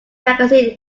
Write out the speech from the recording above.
magazine